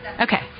Okay